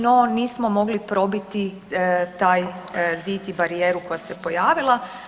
No, nismo mogli probiti taj zid i barijeru koja se pojavila.